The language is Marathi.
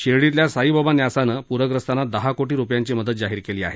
शिर्डीतल्या साईबाबा न्यासानं पूरग्रस्तांना दहा कोटी रुपयांची मदत जाहीर केली आहे